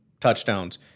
touchdowns